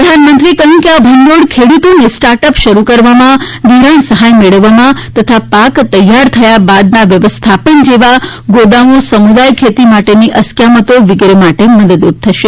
પ્રધાનમંત્રીએ કહ્યું કે આ ભંડોળ ખેડૂતોને સ્ટાર્ટ અપ શરૂ કરવામાં ધિરાણ સહાય મેળવવામાં તથા પાક તૈયાર થયા બાદના વ્યવસ્થાપન જેવા ગોદામો સમુદાય ખેતી માટેની અસ્કયામતો વગેરે માટે મદદરૂપ થશે